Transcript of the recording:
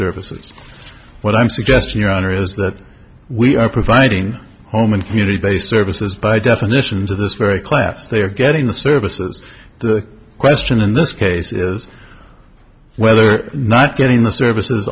services what i'm suggesting your honor is that we are providing home and community based services by definition to this very clefs they are getting the services the question in this case is whether or not getting the service